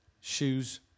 shoes